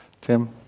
Tim